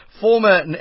Former